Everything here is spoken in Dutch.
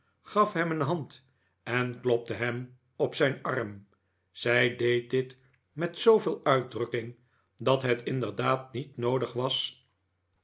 gaf hem een hand eh klopte hem op zijn arm zij deed dit met zooveel uitdrukking dat het inderdaad niet noodig was